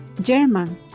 German